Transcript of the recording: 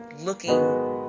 looking